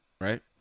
right